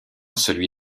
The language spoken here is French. celui